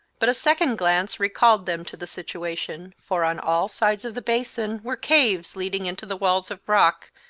but a second glance recalled them to the situation, for on all sides of the basin were caves leading into the walls of rock,